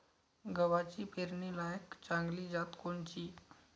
गव्हाची पेरनीलायक चांगली जात कोनची?